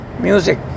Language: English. music